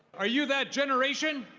are you that generation?